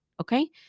Okay